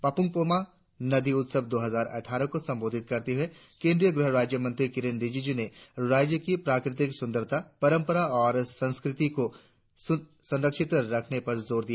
पापुम पोमा नदी उत्सव दो हजार अटठारह को संबोधित करते हुए केंद्रीय गृह राज्य मंत्री किरेन रिजिज् ने राज्य की प्राकृतिक सुंदरता पंरपरा और संस्कृति को संरक्षित रखने पर जोर दिया